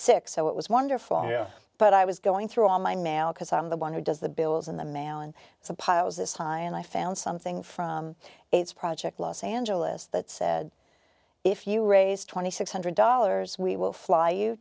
sick so it was wonderful but i was going through all my mail because i'm the one who does the bills in the mail and so piles this high and i found something from aids project los angeles that said if you raise two thousand six hundred dollars we will fly you